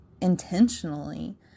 intentionally